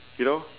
you know